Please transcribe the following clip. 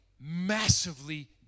massively